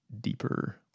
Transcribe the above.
deeper